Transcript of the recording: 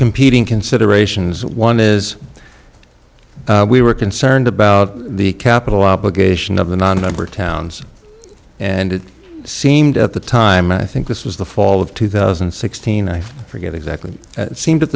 competing considerations one is we were concerned about the capital obligation of the nonmember towns and it seemed at the time i think this was the fall of two thousand and sixteen i forget exactly seemed at